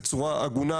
בצורה הגונה,